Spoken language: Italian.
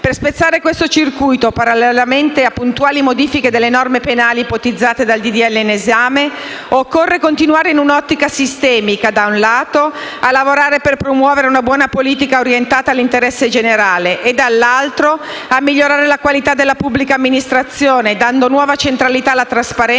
Per spezzare questo circuito, parallelamente alle puntuali modifiche delle norme penali ipotizzate dal disegno di legge in esame, occorre continuare in un ottica sistemica, da un lato, a lavorare per promuovere una buona politica orientata all'interesse generale e, dall'altro, a migliorare la qualità della pubblica amministrazione, dando nuova centralità alla trasparenza